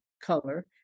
color